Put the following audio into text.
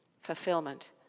fulfillment